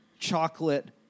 chocolate